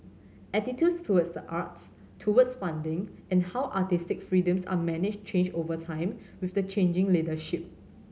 attitudes towards the arts towards funding and how artistic freedoms are managed change over time with the changing leadership